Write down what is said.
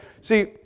See